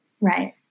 Right